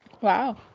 Wow